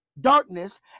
darkness